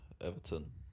Everton